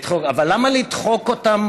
אבל למה לדחוק אותם